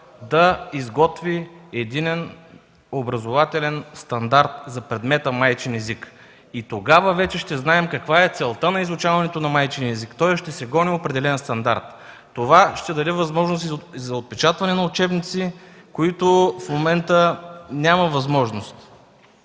да изготви единен образователен стандарт за предмета „Майчин език”. Тогава вече ще знаем каква е целта на изучаването на майчиния език, тоест ще се гони определен стандарт. Това ще даде възможност и за отпечатване на учебници, за които в момента няма възможност.